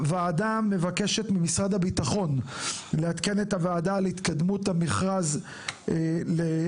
הוועדה מבקשת ממשרד הביטחון לעדכן את הוועדה על התקדמות המכרז לחברות